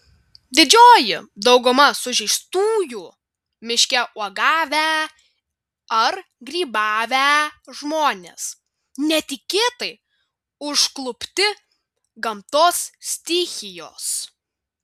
didžioji dauguma sužeistųjų miške uogavę ar grybavę žmonės netikėtai užklupti gamtos stichijos